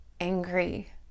angry